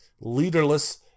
leaderless